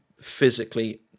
physically